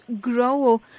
grow